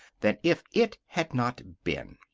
than if it had not been.